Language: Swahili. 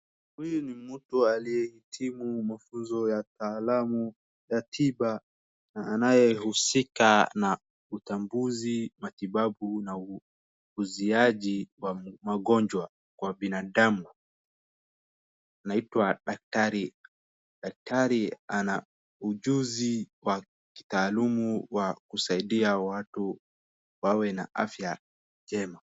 Huyu ni mtu aliyehitimu mafunzo ya utaalamu ya tiba na anayehusika na utambuzi, matibabu na uzuiaji wa magonjwa kwa binadamu anaitwa daktari. Daktari ana ujuzi wa kitaalumu wa kusaidia watu wawe na afya njema.